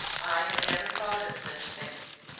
i had never thought of such things.